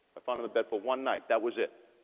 i found him a bed for one night, that was it.